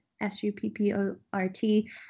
S-U-P-P-O-R-T